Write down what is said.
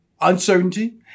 uncertainty